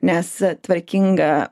nes tvarkinga